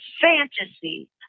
fantasy